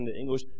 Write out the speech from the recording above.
English